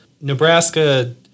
Nebraska